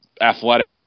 athletic